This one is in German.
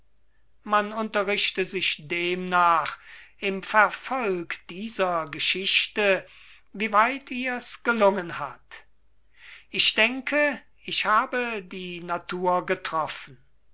man unterrichte sich demnach im verfolg dieser geschichte wie weit ihr's gelungen hat ich denke ich habe die natur getroffen